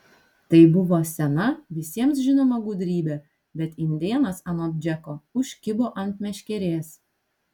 tai buvo sena visiems žinoma gudrybė bet indėnas anot džeko užkibo ant meškerės